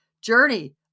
journey